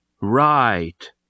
Right